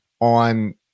on